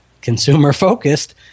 consumer-focused